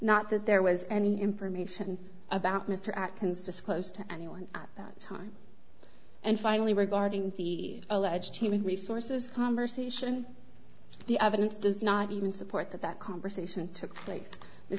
not that there was any information about mr atkins disclosed to anyone at that time and finally regarding the alleged human resources conversation the evidence does not even support that that conversation